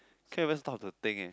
can't even stop to think eh